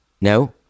No